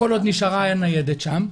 כל עוד נשארה ניידת שם,